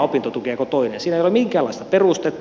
siinä ei ole minkäänlaista perustetta